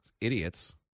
Idiots